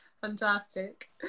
Fantastic